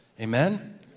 Amen